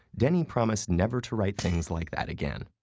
denis promised never to write things like that again.